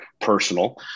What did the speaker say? personal